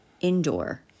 indoor